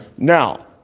Now